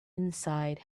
inside